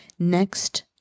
Next